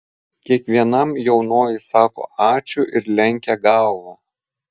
kiekvienam jaunoji sako ačiū ir lenkia galvą